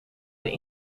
mijn